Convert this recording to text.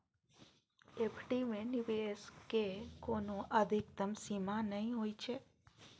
FD मे निवेश के कोनो अधिकतम सीमा नै होइ छै